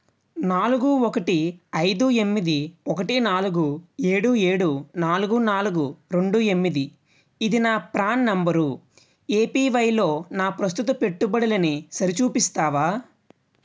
నాలుగు ఒకటి ఐదు ఎమ్మిది ఒకటి నాలుగు ఏడు ఏడు నాలుగు నాలుగు రెండు ఎమ్మిది ఇది నా ప్రాన్ నంబరు ఎపివయ్లో నా ప్రస్తుత పెట్టుబడులని సరిచూపిస్తావా